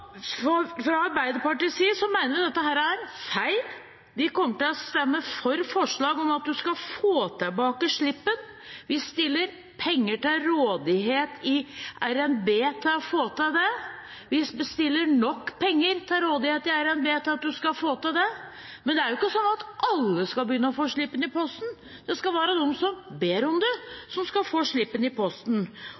Fra Arbeiderpartiets side mener vi at dette er feil. Vi kommer til å stemme for forslag om at man skal få tilbake slippen. Vi stiller penger til rådighet i revidert nasjonalbudsjett for å få til det. Vi stiller nok penger til rådighet i revidert nasjonalbudsjett til at man skal få til det. Men det er jo ikke sånn at alle skal begynne å få slippen i posten, bare de som ber om